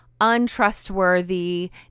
untrustworthy